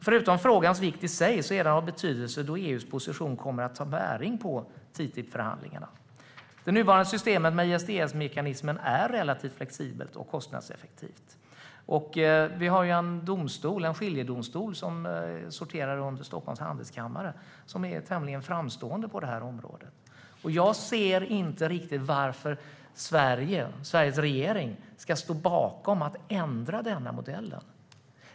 Förutom att frågan är viktig i sig är den av betydelse då EU:s position kommer att ha bäring på TTIP-förhandlingarna. Det nuvarande systemet med ISDS-mekanismen är relativt flexibelt och kostnadseffektivt. Vi har en skiljedomstol som sorterar under Stockholms Handelskammare och som är tämligen framstående på detta område. Jag ser inte riktigt varför Sveriges regering ska stå bakom att ändra den modellen.